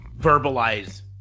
verbalize